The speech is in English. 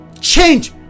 change